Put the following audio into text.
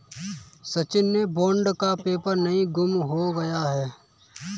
सचिन से बॉन्ड का पेपर कहीं गुम हो गया है